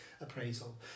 appraisal